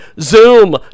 Zoom